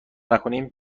نکنیم